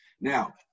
Now